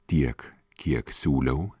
tiek kiek siūliau